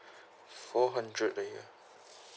four hundred a year